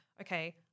okay